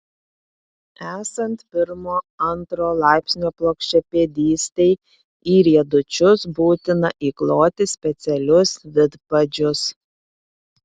esant pirmo antro laipsnio plokščiapėdystei į riedučius būtina įkloti specialius vidpadžius